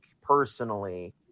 personally